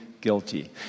guilty